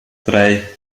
drei